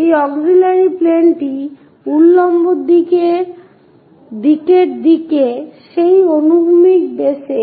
এই অক্সিলিয়ারি প্লেনটি উল্লম্ব দিকের দিকে সেই অনুভূমিক বেসে